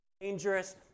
dangerous